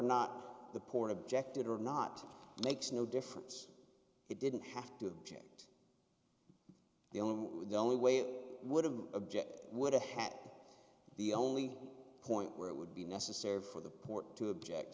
not the port objected or not makes no difference it didn't have to change the only the only way would have the object would have had the only point where it would be necessary for the point to object